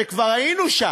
וכבר היינו שם.